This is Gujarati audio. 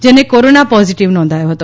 જેને કોરોના પોઝીટીવ નોંધાયો હતો